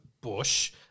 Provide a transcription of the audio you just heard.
Bush